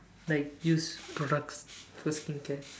like use products for skincare